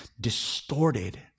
distorted